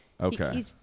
okay